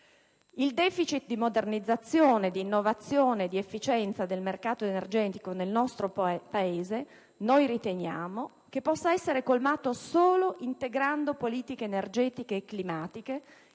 il *deficit* di modernizzazione, di innovazione e di efficienza del mercato energetico nel nostro Paese possa essere colmato solo integrando politiche energetiche e climatiche,